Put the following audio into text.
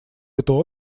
это